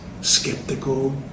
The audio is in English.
skeptical